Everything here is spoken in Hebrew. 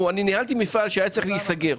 ניהלתי מפעל שהיה צריך להיסגר,